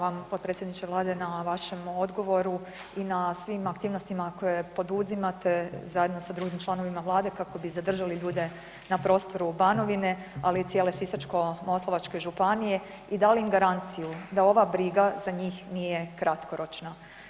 Zahvaljujem vam potpredsjedniče Vlade na vašem odgovoru i na svim aktivnostima koje poduzimate zajedno sa drugim članovima Vlade kako bi zadržali ljude na prostoru Banovine, ali i cijele Sisačko-moslavačke županije i dali im garanciju da ova briga za njih nije kratkoročna.